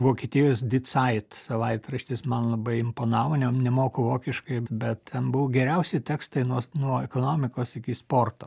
vokietijos di cait savaitraštis man labai imponavo ne nemoku vokiškai bet ten buvo geriausi tekstai nuo nuo ekonomikos iki sporto